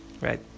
right